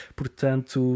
Portanto